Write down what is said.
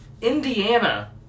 Indiana